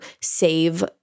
save